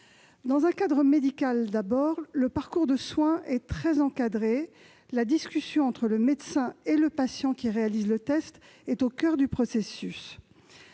le cadre est médical, le parcours de soins est très encadré et la discussion entre le médecin et le patient qui réalise le test est au coeur du processus.